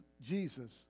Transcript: Jesus